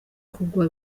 kugwa